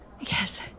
Yes